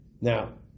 now